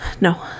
No